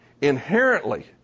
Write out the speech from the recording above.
Inherently